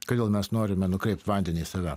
kodėl mes norime nukreipt vandenį į save